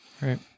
right